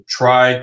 try